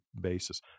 basis